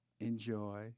enjoy